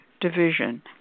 division